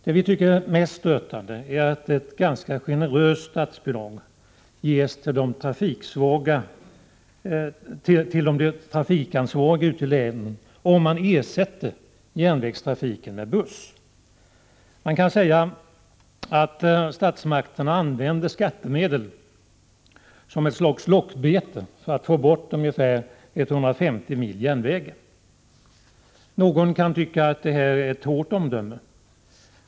Det vi tycker är mest stötande är att ett ganska generöst statsbidrag ges till de trafikansvariga ute i länen om man ersätter järnvägstrafiken med buss. Man kan säga att statsmakterna använder skattemedel som ett slags lockbete för att få bort ungefär 150 mil järnvägar. Någon kan tycka att detta är ett hårt omdöme.